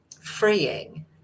freeing